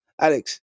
Alex